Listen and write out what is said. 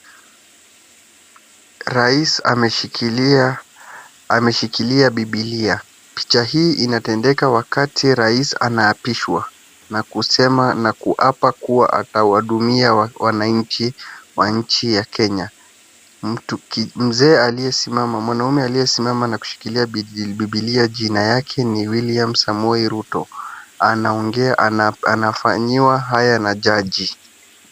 Rais ameshikilia bibilia, picha hii inatendeka wakati Rais anaapishwa, na kusema na kuapa kuwa atawahudumia wananchi wa nchi ya Kenya. Mwanaume aliyesimama na kushikilia bibilia jina yake ni William Samoei Ruto. Anaongea, anafanyiwa haya na jaji.